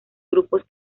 grupos